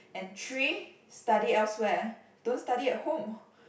and three study elsewhere don't study at home